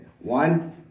One